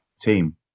team